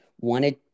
wanted